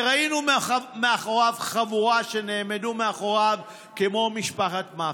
וראינו מאחוריו חבורה שנעמדה מאחוריו כמו משפחת מאפיה.